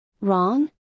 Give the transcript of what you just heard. Wrong